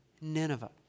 Nineveh